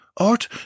Art